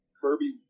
Kirby